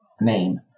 name